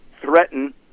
threaten